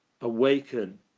awaken